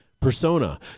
Persona